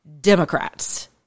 Democrats